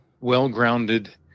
well-grounded